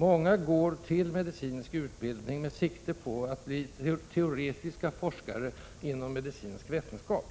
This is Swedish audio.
Många går numera till medicinsk utbildning med sikte på att bli teoretiska forskare inom medicinsk vetenskap.